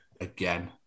again